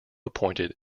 appointed